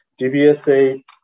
DBSA